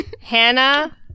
Hannah